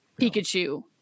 Pikachu